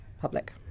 public